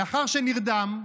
לאחר שנרדם,